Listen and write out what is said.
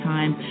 Time